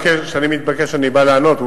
כשאני מתבקש אני בא לענות.